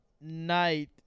night